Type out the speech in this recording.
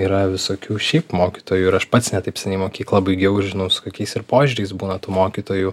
yra visokių šiaip mokytojų ir aš pats ne taip seniai mokyklą baigiau ir žinau su kokiais ir požiūriais būna tų mokytojų